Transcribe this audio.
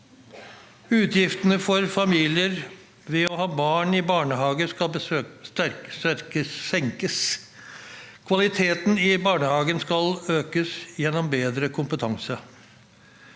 Utgiftene for familier ved å ha barn i barnehage skal senkes. Kvaliteten i barnehagen skal økes gjennom bedre kompetanse.